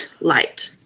light